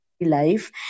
life